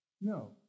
No